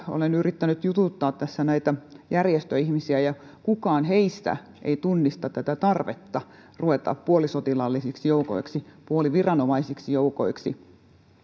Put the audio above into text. olen tässä yrittänyt jututtaa näitä järjestöihmisiä mutta kukaan heistä ei tunnista tätä tarvetta ruveta puolisotilaallisiksi joukoiksi puoliviranomaisiksi joukoiksi